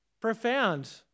profound